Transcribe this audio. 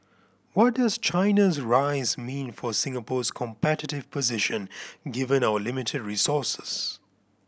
what does China's rise mean for Singapore's competitive position given our limited resources